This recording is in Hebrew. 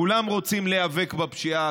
כולם רוצים להיאבק בפשיעה,